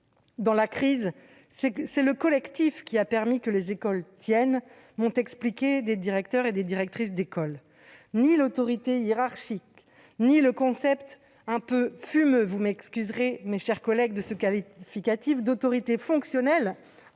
Pendant la crise, c'est le collectif qui a permis que les écoles tiennent, m'ont expliqué des directeurs et des directrices d'école. Ni l'autorité hiérarchique ni le concept quelque peu « fumeux »- vous m'excuserez, mes chers collègues, de ce qualificatif -d'« autorité fonctionnelle